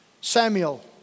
Samuel